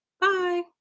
Bye